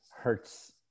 hurts